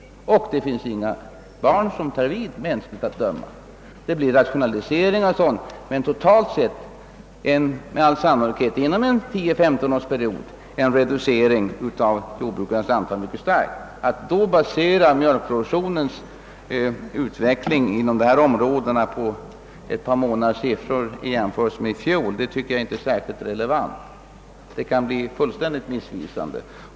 I många fall finns det heller inga barn som tar vid. Det blir då rationaliseringar, men totalt sett kommer det med all sannolikhet inom en period av 10—135 år att bli en mycket stark reducering av antalet jordbrukare. Att då basera bedömningen av mjölkproduktionens utveckling inom dessa områden på ett par månaders siffror tycker jag inte är särskilt tillförlitligt. Sådana siffror blir fullständigt missvisande.